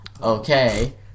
Okay